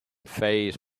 phase